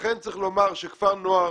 לכן צריך לומר שכפר נוער